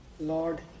Lord